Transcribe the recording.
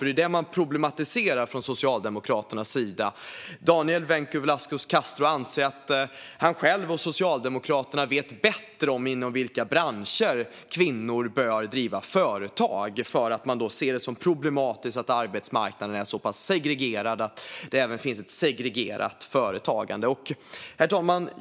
Det är det som man problematiserar från Socialdemokraternas sida. Daniel Vencu Velasquez Castro anser att han själv och Socialdemokraterna vet bättre inom vilka branscher kvinnor bör driva företag eftersom de ser det som problematiskt att arbetsmarknaden är så pass segregerad att det även finns ett segregerat företagande. Herr talman!